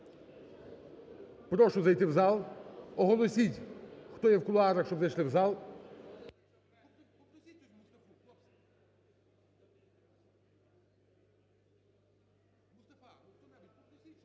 Прошу зайти в зал, оголосіть, хто є в кулуарах, щоб зайшли в зал…